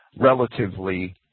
relatively